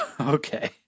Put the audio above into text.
Okay